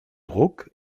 druck